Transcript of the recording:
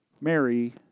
Mary